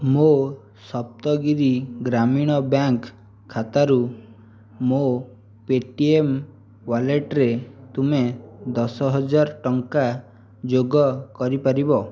ମୋ ସପ୍ତଗିରି ଗ୍ରାମୀଣ ବ୍ୟାଙ୍କ ଖାତାରୁ ମୋ ପେ ଟି ଏମ୍ ୱାଲେଟ୍ରେ ତୁମେ ଦଶହଜାର ଟଙ୍କା ଯୋଗ କରିପାରିବ